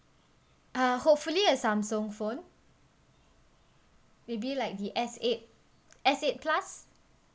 uh hopefully a samsung phone maybe like the S eight S eight plus